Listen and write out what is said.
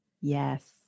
Yes